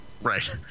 Right